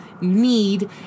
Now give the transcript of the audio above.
need